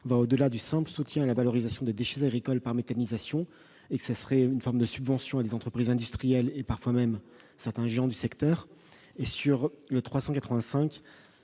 au-delà du simple soutien à la valorisation des déchets agricoles par méthanisation : il s'agirait d'une forme de subvention à des entreprises industrielles, parfois même à certains géants du secteur. Quant à